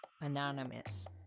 Anonymous